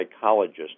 psychologist